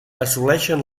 assoleixen